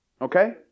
Okay